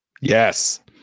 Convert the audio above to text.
Yes